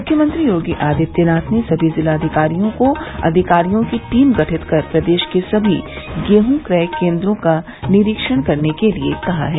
मुख्यमंत्री योगी आदित्यनाथ ने सभी जिलाधिकारियों को अधिकारियों की टीम गठित कर प्रदेश के सभी गेहूं क्रय केन्द्रों का निरीक्षण करने के लिए कहा है